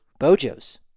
Bojos